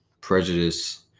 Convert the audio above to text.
prejudice